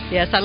Yes